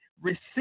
receive